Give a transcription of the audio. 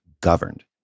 governed